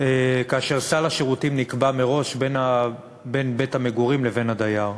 וסל השירותים נקבע מראש בין בית-המגורים לבין הדייר.